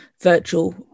virtual